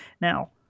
Now